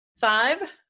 Five